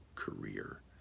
career